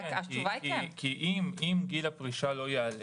אם גיל הפרישה לא יעלה,